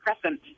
Crescent